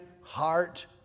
heart